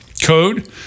code